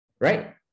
right